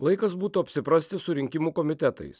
laikas būtų apsiprasti su rinkimų komitetais